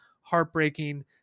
heartbreaking